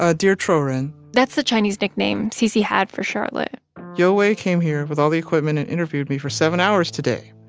ah dear tro jen. that's the chinese nickname cc had for charlotte yowei came here with all the equipment and interviewed me for seven hours today.